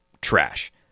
trash